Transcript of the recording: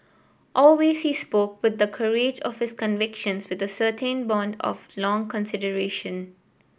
always he's spoke with the courage of his convictions with a certainty born of long consideration